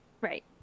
Right